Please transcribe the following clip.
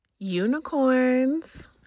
Unicorns